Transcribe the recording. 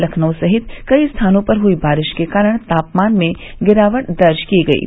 लखनऊ सहित कई स्थानों पर हई बारिश के कारण तापमान में गिरावट दर्ज की गयी